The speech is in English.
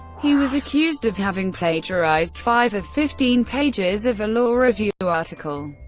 he was accused of having plagiarized five of fifteen pages of a law review article.